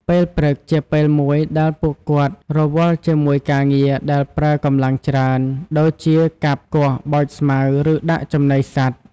ពេលព្រឹក ជាពេលមួយដែលពួកគាត់រវល់ជាមួយការងារដែលប្រើកម្លាំងច្រើន ដូចជាកាប់ គាស់ បោចស្មៅ ឬដាក់ចំណីសត្វ។